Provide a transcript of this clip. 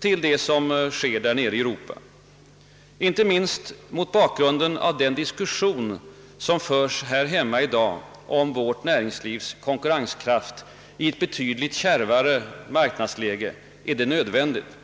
till det som händer i Europa. Inte minst mot bakgrunden av den diskussion som föres här hemma om vårt näringslivs konkurrenskraft i ett betydligt kärvare marknadsläge är detta nödvändigt.